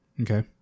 okay